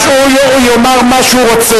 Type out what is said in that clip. הוא יושב במועצת הרבנות, הוא יאמר מה שהוא רוצה.